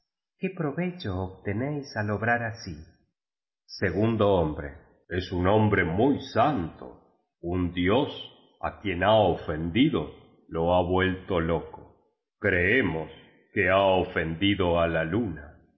qué provecho obtenéis al obrar así segundo hombre es un hombre muy santo un dios á quien ha ofendido lo ha vuelto loco creemos que ha ofendi do á la luna